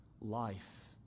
life